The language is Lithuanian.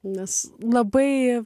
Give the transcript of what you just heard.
nes labai